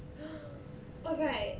oh right